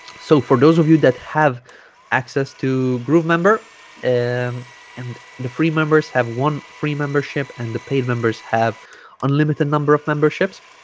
so for those of you that have access to groovemember and and the free members have one free membership and the paid members have unlimited number of memberships